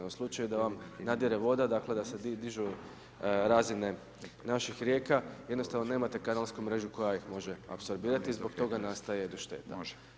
U slučaju da vam nadire voda, dakle da se dižu razine naših rijeka jednostavno nemate kanalsku mrežu koja ih može apsorbirati i zbog toga nastaje šteta.